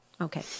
Okay